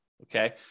Okay